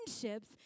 friendships